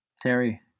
Terry